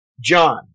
John